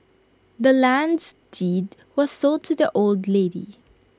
the land's deed was sold to the old lady